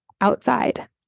outside